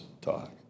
talk